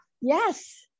yes